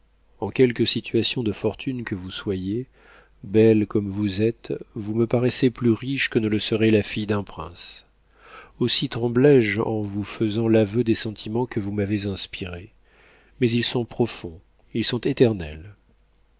en quelque situation de fortune que vous soyez belle comme vous êtes vous me paraissez plus riche que ne le serait la fille d'un prince aussi tremblé je en vous faisant l'aveu des sentiments que vous m'avez inspirés mais ils sont profonds ils sont éternels